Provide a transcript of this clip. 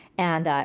and, ah,